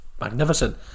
magnificent